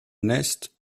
nest